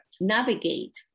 Navigate